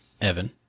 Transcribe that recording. Evan